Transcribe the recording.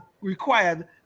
required